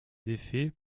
défait